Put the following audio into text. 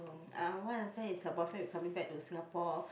uh what I understand is her boyfriend will be coming back to Singapore